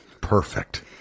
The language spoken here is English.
perfect